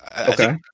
okay